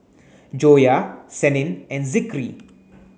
Joyah Senin and Zikri